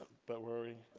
but worry